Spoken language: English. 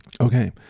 okay